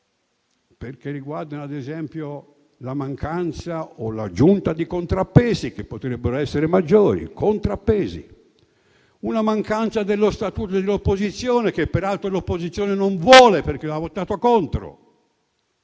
e riguardano, ad esempio, la mancanza o l'aggiunta di contrappesi, che potrebbero essere maggiori. Vi è la mancanza dello Statuto dell'opposizione, che peraltro non lo vuole, perché aveva votato contro,